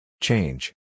Change